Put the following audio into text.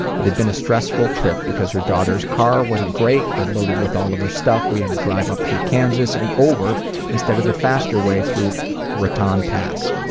it had been a stressful trip because her daughter's car wasn't great and loaded with all her stuff. we had to drive up through kansas and over instead of the faster way through raton pass.